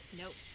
nope